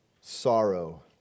sorrow